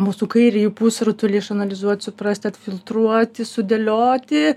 mūsų kairįjį pusrutulį išanalizuot suprast atfiltruoti sudėlioti